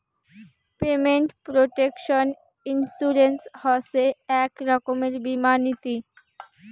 payment protection insurance হসে এক রকমের বীমা নীতি